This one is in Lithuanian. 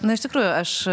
na iš tikrųjų aš